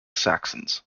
saxons